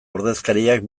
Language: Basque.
ordezkariak